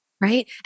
right